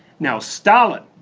now stalin,